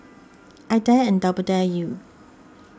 I dare and double dare you